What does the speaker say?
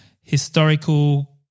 historical